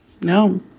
no